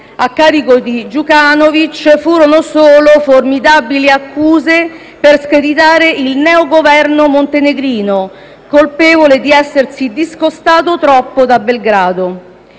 a carico di Djukanovic furono solo formidabili accuse per screditare il neogoverno montenegrino, colpevole di essersi discostato troppo da Belgrado.